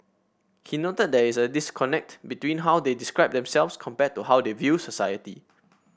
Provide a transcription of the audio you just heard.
he noted there is a disconnect between how they describe themselves compared to how they view society